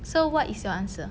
so what is your answer